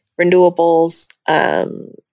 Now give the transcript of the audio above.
renewables